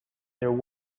there